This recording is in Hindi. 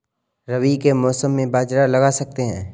रवि के मौसम में बाजरा लगा सकते हैं?